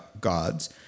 gods